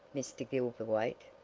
mr. gilverthwaite,